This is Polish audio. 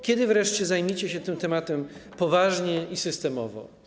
Kiedy wreszcie zajmiecie się tym tematem poważnie i systemowo?